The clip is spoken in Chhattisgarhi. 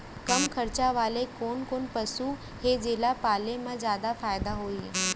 कम खरचा वाले कोन कोन पसु हे जेला पाले म जादा फायदा होही?